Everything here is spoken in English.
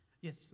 Yes